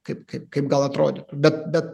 kaip kaip kaip gal atrodytų bet bet